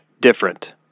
different